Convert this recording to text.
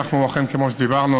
כמו שדיברנו,